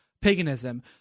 paganism